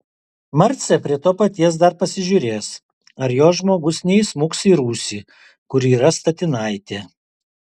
marcė prie to paties dar pasižiūrės ar jos žmogus neįsmuks į rūsį kur yra statinaitė